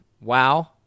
Wow